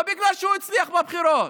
לא בגלל שהוא הצליח בבחירות,